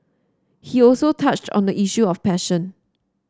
he also touched on the issue of passion